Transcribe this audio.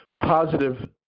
positive